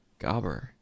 Gobber